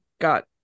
got